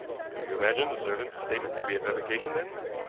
do you imagine the servants' statement to be a fabrication, then?